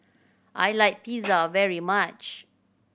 I like Pizza very much